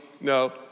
no